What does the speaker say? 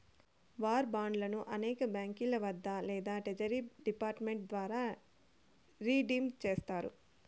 war బాండ్లను అనేక బాంకీల వద్ద లేదా ట్రెజరీ డిపార్ట్ మెంట్ ద్వారా రిడీమ్ చేస్తారు